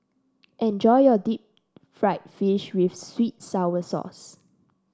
enjoy your Deep Fried Fish with sweet sour sauce